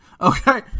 Okay